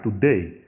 today